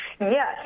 Yes